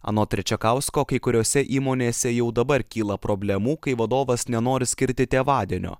anot trečiakausko kai kuriose įmonėse jau dabar kyla problemų kai vadovas nenori skirti tėvadienio